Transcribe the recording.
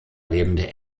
lebende